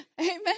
Amen